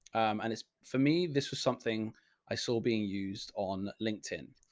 and it's, for me, this was something i saw being used on linkedin.